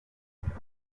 qu’est